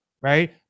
right